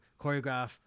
choreograph